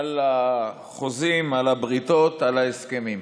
על החוזים, על הבריתות, על ההסכמים.